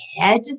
head